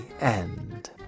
end